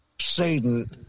Satan